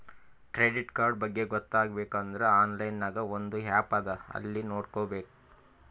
credit card ಬಗ್ಗೆ ಗೊತ್ತ ಆಗ್ಬೇಕು ಅಂದುರ್ ಆನ್ಲೈನ್ ನಾಗ್ ಒಂದ್ ಆ್ಯಪ್ ಅದಾ ಅಲ್ಲಿ ನೋಡಬೋದು